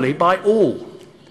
אנחנו מבקשים שחברנו ייכנס למליאה.